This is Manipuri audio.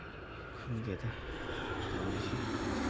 ꯈꯪꯗꯦꯗ ꯇꯧꯔꯤꯁꯤ